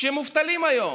שמובטלים היום.